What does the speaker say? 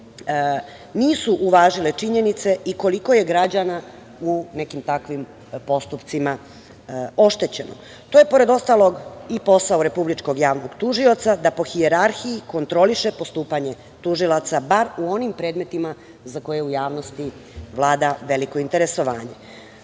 nisu uvažili činjenice i koliko je građana u nekim takvim postupcima oštećeno. To je pored ostalog i posao republičkog javnog tužioca da po hijerarhiji kontroliše postupanje tužilaca bar u onim predmetima za koje u javnosti vlada veliko interesovanje. Na